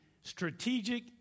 strategic